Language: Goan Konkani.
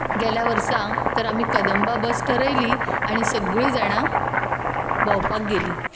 गेल्या वर्सा तर आमी कंदबा बस ठरयली आनी सगळीं जाणां भोंवपाक गेली